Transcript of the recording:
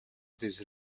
this